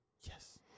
yes